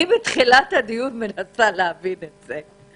אני מתחילת הדיון מנסה להבין את זה.